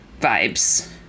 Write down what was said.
vibes